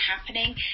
happening